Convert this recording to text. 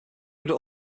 would